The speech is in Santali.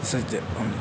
ᱥᱮ ᱪᱮᱫ ᱚᱱᱟ